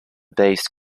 based